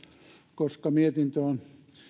koska mietintö on